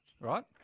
right